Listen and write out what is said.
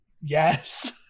Yes